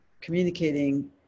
communicating